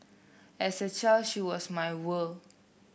as a child she was my world